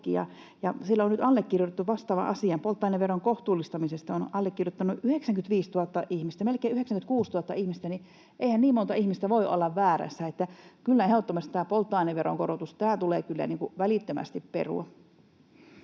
tämmöinen kansalaisaloitekin, vastaava asia polttoaineveron kohtuullistamisesta, ja sen on allekirjoittanut 95 000 ihmistä, melkein 96 000 ihmistä. Eihän niin moni ihminen voi olla väärässä. Kyllä ehdottomasti tämä polttoaineveronkorotus tulee välittömästi perua.